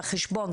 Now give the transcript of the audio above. בחשבון,